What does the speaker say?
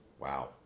wow